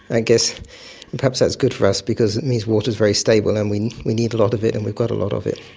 i guess and perhaps that's good for us because it means water is very stable and we we need a lot of it and we've got a lot of it.